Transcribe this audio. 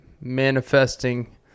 manifesting